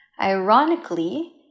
Ironically